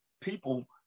people